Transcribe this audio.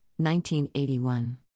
1981